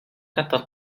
kantor